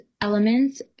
elements